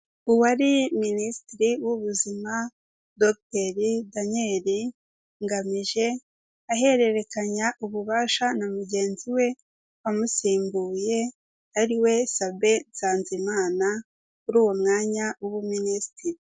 Uwari Minisitiri w'Ubuzima Dr Daniel Ngamije, ahererekanya ububasha na mugenzi we wamusimbuye ariwe Sabin Nsanzimana kuri uwo mwanya w'Ubuminisitiri.